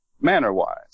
manner-wise